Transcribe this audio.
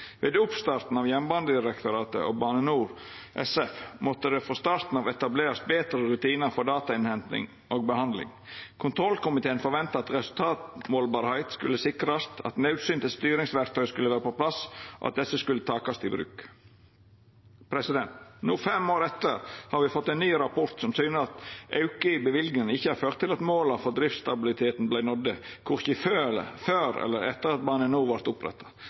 Ved oppstarten av Jernbanedirektoratet og Bane NOR SF måtte det frå starten av etablerast betre rutinar for datainnhenting og -behandling. Kontrollkomiteen forventa at resultatmålbarheit skulle sikrast, at naudsynte styringsverktøy skulle vera på plass, og at desse skulle takast i bruk. No, fem år etter, har me fått ein ny rapport som syner at auken i løyvingane ikkje har ført til at måla for driftsstabiliteten vart nådde, korkje før eller etter at Bane NOR vart oppretta.